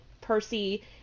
Percy